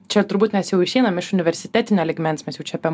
čia turbūt mes jau išeinam iš universitetinio lygmens mes jau čia apie